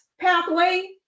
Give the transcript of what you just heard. pathway